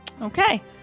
Okay